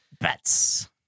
bets